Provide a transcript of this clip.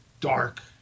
dark